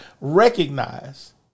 recognize